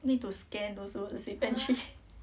you need to scan also the safe entry